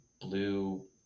blue